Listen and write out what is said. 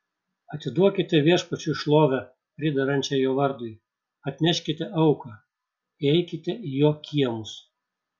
atiduokite viešpačiui šlovę priderančią jo vardui atneškite auką įeikite į jo kiemus